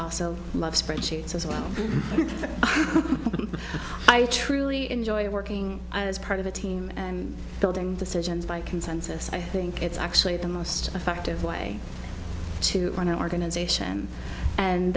also love spreadsheets as well i truly enjoy working as part of a team and building decisions by consensus i think it's actually the most effective way to run an organization and